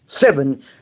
Seven